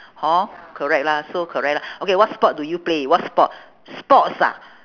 hor correct lah so correct lah okay what sport do you play what sport sports ah